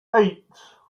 eight